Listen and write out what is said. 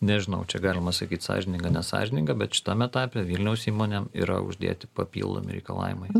nežinau čia galima sakyt sąžininga nesąžininga bet šitam etape vilniaus įmonėm yra uždėti papildomi reikalavimai